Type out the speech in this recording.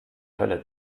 hölle